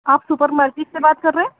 آپ supermarket سے بات کر رہے ہیں